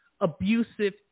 abusive